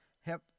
help